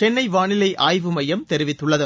சென்னை வானிலை ஆய்வு மையம் தெரிவித்துள்ளது